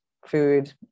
Food